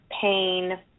pain